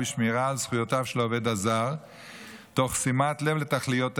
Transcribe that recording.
ובשמירה על זכויותיו של העובד הזר תוך שימת לב לתכליות ההסדר,